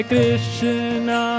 Krishna